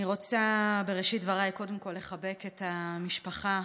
אני רוצה גם כמובן לחזק בעת הזאת את כוחות הביטחון,